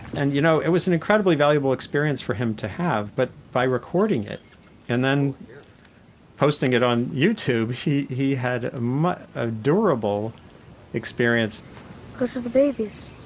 and you know, it was an incredibly valuable experience for him to have, but by recording it and then posting it on youtube, he he had a ah durable experience those are the babies.